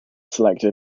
selected